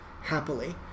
happily